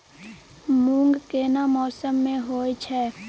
मूंग केना मौसम में होय छै?